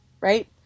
right